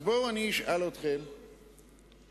חבל על הזמן, כי אין מדיניות.